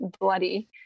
bloody